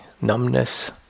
numbness